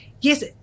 yes